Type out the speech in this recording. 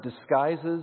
disguises